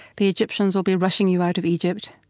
the egyptians will be rushing you out of egypt.